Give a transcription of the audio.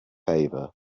favor